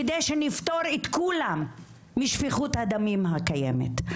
כדי שנפתור את כולם משפיכות הדמים הקיימת.